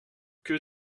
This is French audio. que